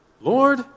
Lord